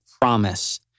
promise